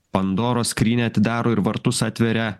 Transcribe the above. pandoros skrynią atidaro ir vartus atveria